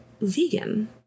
vegan